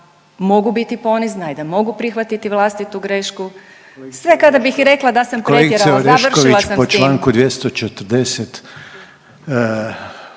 mogu biti ponizna i da mogu prihvatiti vlastitu grešku, sve kada bih i rekla da sam pretjerala završila sam s tim.